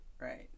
right